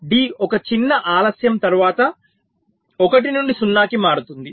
D ఒక చిన్న ఆలస్యం తరువాత 1 నుండి 0 కి మారుతుంది